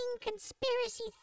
conspiracy